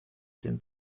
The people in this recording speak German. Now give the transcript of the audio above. den